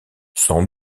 sans